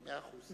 מאה אחוז.